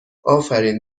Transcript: آفرین